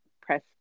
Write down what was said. press